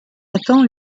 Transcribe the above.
attend